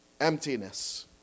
Emptiness